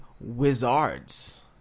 Wizards